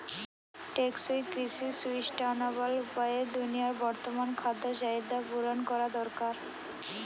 টেকসই কৃষি সুস্টাইনাবল উপায়ে দুনিয়ার বর্তমান খাদ্য চাহিদা পূরণ করা দরকার